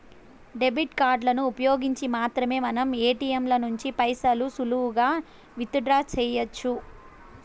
debit కార్డులను ఉపయోగించి మాత్రమే మనం ఏటియంల నుంచి పైసలు సులువుగా విత్ డ్రా సెయ్యొచ్చు